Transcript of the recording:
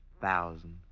thousand